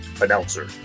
Announcer